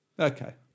Okay